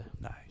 Nice